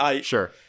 Sure